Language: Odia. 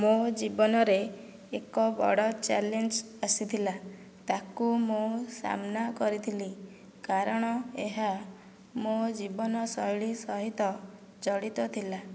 ମୋ ଜୀବନରେ ଏକ ବଡ଼ ଚ୍ୟାଲେଞ୍ଜ ଆସିଥିଲା ତାହାକୁ ମୁଁ ସାମ୍ନା କରିଥିଲି କାରଣ ଏହା ମୋ ଜୀବନ ଶୈଳୀ ସହିତ ଜଡ଼ିତ ଥିଲା